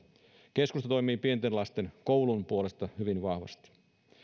keskusta toimii pienten lasten koulun puolesta hyvin vahvasti